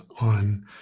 on